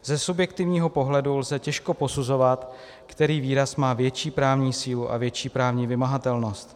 Ze subjektivního pohledu lze těžko posuzovat, který výraz má větší právní sílu a větší právní vymahatelnost.